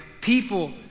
People